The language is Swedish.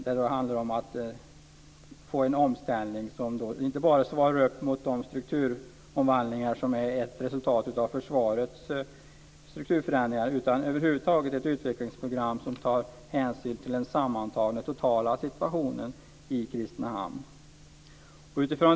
Det handlar om att skapa en omställning som inte bara svarar mot försvarets strukturförändringar utan också att ta hänsyn till den totala situationen i Kristinehamn.